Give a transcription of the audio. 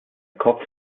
kopf